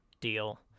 deal